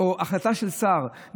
או החלטה של שר,